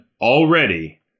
already